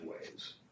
ways